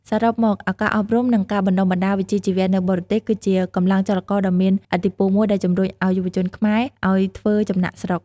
សរុបមក ឱកាសអប់រំ និងការបណ្ដុះបណ្ដាលវិជ្ជាជីវៈនៅបរទេស គឺជាកម្លាំងចលករដ៏មានឥទ្ធិពលមួយដែលជំរុញយុវជនខ្មែរឱ្យធ្វើចំណាកស្រុក។